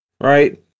right